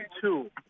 two